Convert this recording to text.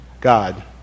God